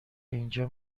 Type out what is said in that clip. اینجا